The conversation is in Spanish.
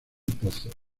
pozo